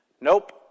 Nope